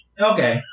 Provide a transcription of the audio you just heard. Okay